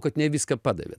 kad ne viską padavė